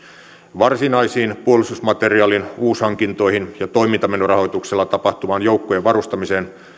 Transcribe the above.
varsinaisiin puolustusmateriaalien uushankintoihin ja toimintamenorahoituksella tapahtuvaan joukkojen varustamiseen